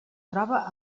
troba